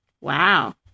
wow